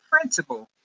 principle